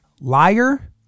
liar